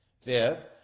Fifth